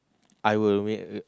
I would w~